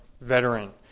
veteran